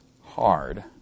hard